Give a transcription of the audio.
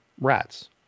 rats